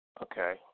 Okay